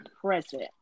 present